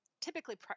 typically